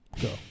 Go